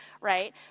right